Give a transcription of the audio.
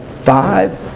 five